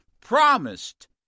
promised